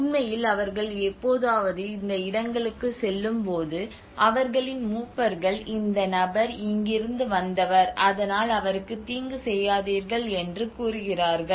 உண்மையில் அவர்கள் எப்போதாவது இந்த இடங்களுக்குச் செல்லும்போது அவர்களின் மூப்பர்கள் இந்த நபர் இங்கிருந்து வந்தவர் அதனால் அவருக்கு தீங்கு செய்யாதீர்கள் என்று கூறுகிறார்கள்